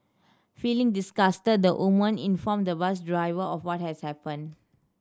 feeling disgusted the woman informed the bus driver of what has happened